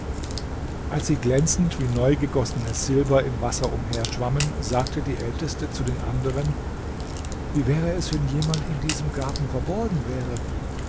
als sie glänzend wie neugegossenes silber im wasser umherschwammen sagte die älteste zu den anderen wie wäre es wenn jemand in diesem garten verborgen wäre